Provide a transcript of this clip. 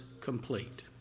complete